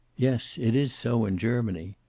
yes. it is so in germany.